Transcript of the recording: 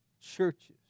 churches